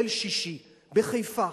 ליל שישי בחיפה.